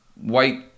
white